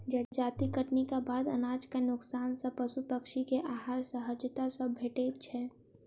जजाति कटनीक बाद अनाजक नोकसान सॅ पशु पक्षी के आहार सहजता सॅ भेटैत छै